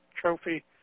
trophy